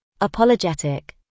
apologetic